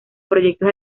proyectos